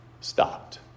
stopped